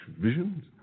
visions